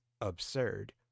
absurd